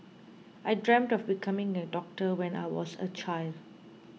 I dreamt of becoming a doctor when I was a child